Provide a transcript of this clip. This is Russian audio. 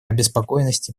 обеспокоенности